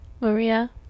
Maria